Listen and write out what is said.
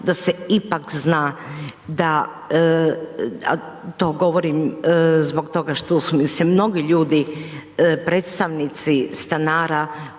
da se ipak zna, da a to govorim zbog toga što su mi se mnogi ljudi, predstavnici, stanara